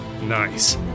Nice